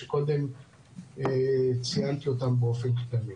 שקודם ציינתי אותם באופן כללי.